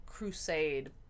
Crusade